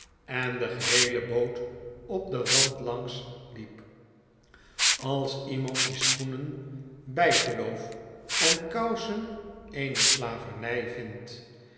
en de geheele boot op den rand langs liep als iemand die schoenen bijgeloof en kousen eene slaverny vindt